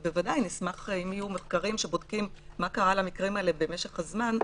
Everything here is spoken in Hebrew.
אם יהיו מחקרים שבודקים מה קרה למקרים האלה במשך הזמן,